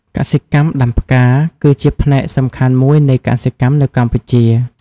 កសិកម្មដំាផ្កា គឺជាផ្នែកសំខាន់មួយនៃកសិកម្មនៅកម្ពុជា។